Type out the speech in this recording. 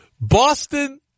Boston